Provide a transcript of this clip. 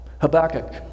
Habakkuk